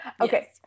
Okay